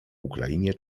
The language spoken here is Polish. ukrainie